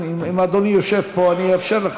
אם אדוני יושב פה, אני אאפשר לך.